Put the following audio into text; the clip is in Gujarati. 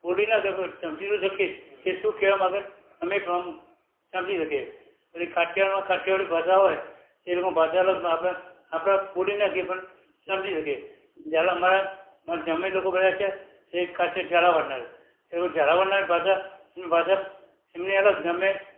બોલી ના શકે બટ સમઝી તો શકીએ જ એ શું કેવા માંગે અમે પણ આમ સમઝી શકીએ પણ એ કાઠિયાવાડમાં કાઠિયાવાડી ભાષા હોય એ લોકો ભાષા અલગ અને આપળે આપળે બોલી ના શકીએ પણ સમજી શકીએ જ્યારે અમારે માર ગામડે બધા લોકો છે એ ઝાલાવાડના છે એવું ઝાલાવાડના પાછા ભાષા એમની અલગ અને અમે